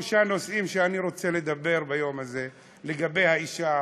על שלושה נושאים אני רוצה לדבר ביום הזה לגבי האישה הערבייה,